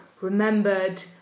remembered